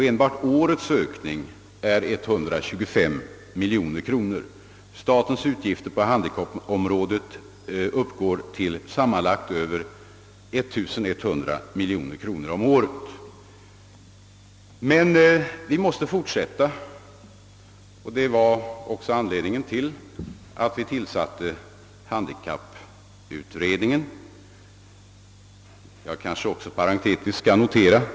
Enbart årets ökning är 125 miljoner kronor. Statens utgifter på handikappvårdens område uppgår till sammanlagt över 1100 miljoner kronor om året. Men vi måste fortsätta, och det var också anledningen till att vi tillsatte handikapputredningen. Jag vill också notera inrättandet av handikapprådet.